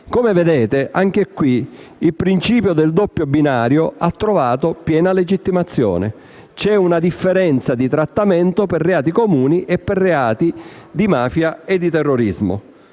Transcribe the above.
Come vedete, anche qui il principio del doppio binario ha trovato piena legittimazione: c'è una differenza di trattamento per reati comuni e per reati di mafia e di terrorismo.